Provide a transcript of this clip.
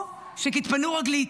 או שתתפנו רגלית.